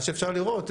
מה שאפשר לראות,